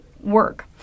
work